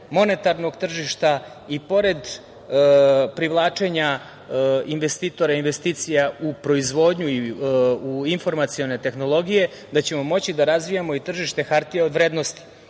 monetarnog tržišta i pored privlačenja investitora i investicija u proizvodnju i u informacione tehnologije, da ćemo moći da razvijamo i tržište hartija od vrednosti